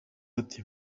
ati